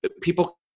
people